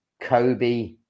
Kobe